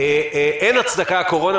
אין הצדקה בקורונה,